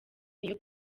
niyo